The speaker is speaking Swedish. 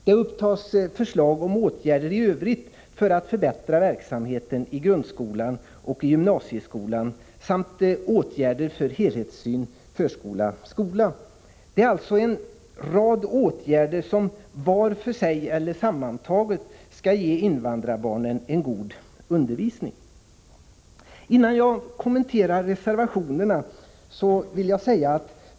Det föreslås även andra åtgärder för att förbättra verksamheten i grundskolan och i gymnasieskolan samt åtgärder för att åstadkomma en helhetssyn på förskola-skola. Det är alltså fråga om en rad åtgärder som var och en för sig, eller sammantagna, skall ge invandrarbarnen en god undervisning. Innan jag kommenterar reservationerna vill jag säga följande.